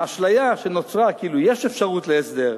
האשליה שנוצרה כאילו יש אפשרות להסדר,